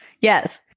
Yes